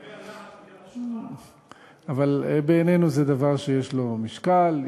לגבי הלהט, אבל בעינינו זה דבר שיש לו משקל.